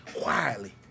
quietly